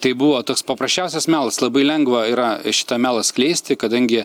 tai buvo toks paprasčiausias melas labai lengva yra šitą melą skleisti kadangi